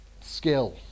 skill